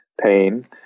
pain